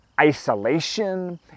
isolation